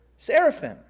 Seraphim